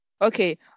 Okay